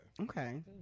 okay